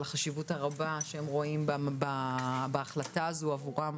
החשיבות הרבה שהם רואים בהחלטה הזו עבורם